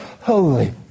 holy